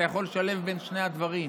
אתה יכול לשלב בין שני הדברים.